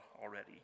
already